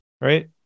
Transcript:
right